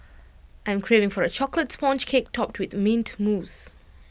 I am craving for A Chocolate Sponge Cake Topped with Mint Mousse